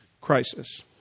crisis